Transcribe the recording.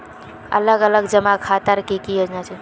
अलग अलग जमा खातार की की योजना छे?